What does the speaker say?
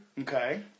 Okay